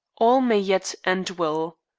all may yet end well.